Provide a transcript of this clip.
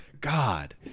God